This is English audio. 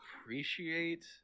appreciate